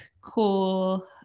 cool